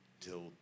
till